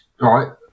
right